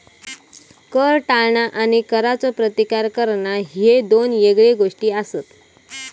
कर टाळणा आणि करचो प्रतिकार करणा ह्ये दोन येगळे गोष्टी आसत